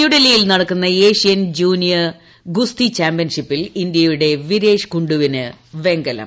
ന്യൂഡൽഹിയിൽ നടക്കുന്ന Asian junior ഗുസ്തി ചാമ്പ്യൻഷിൽ ഇന്തൃയുടെ വിരേഷ് കുണ്ഡുവിന് വെങ്കലം